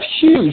huge